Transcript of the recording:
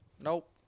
Nope